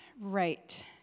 Right